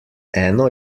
eno